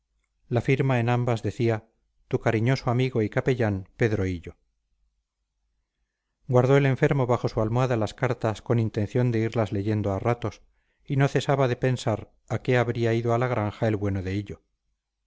la firma en ambas decía tu cariñoso amigo y capellán pedro hillo guardó el enfermo bajo su almohada las cartas con intención de irlas leyendo a ratos y no cesaba de pensar a qué habría ido a la granja el bueno de hillo